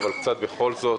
אבל בכל זאת,